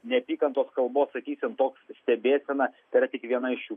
neapykantos kalbos sakysim toks stebėsena tai yra tik viena iš šių